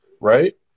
right